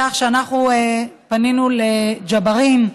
פנינו לחבר הכנסת ג'בארין,